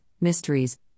mysteries